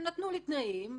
הם נתנו לי תנאים,